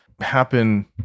happen